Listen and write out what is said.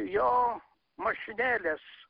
jo mašinėlės